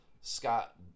Scott